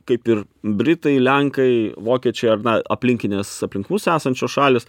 kaip ir britai lenkai vokiečiai ar na aplinkinės aplink mus esančios šalys